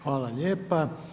Hvala lijepa.